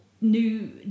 new